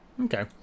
Okay